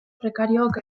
prekariook